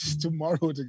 tomorrow